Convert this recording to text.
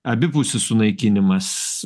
abipusis sunaikinimas